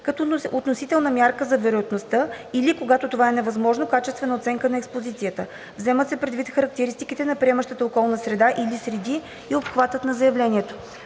като относителна мярка за вероятността или когато това не е възможно, качествена оценка на експозицията. Вземат се предвид характеристиките на приемащата околна среда или среди и обхвата на заявлението.